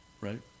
right